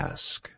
Ask